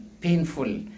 painful